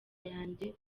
yanjye